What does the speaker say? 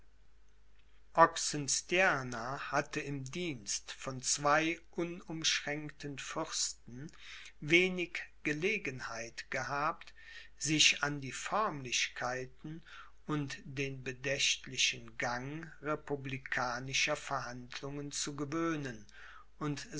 oxenstierna hatte im dienst von zwei unumschränkten fürsten wenig gelegenheit gehabt sich an die förmlichkeiten und den bedächtlichen gang republikanischer verhandlungen zu gewöhnen und